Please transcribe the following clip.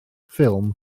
ffilm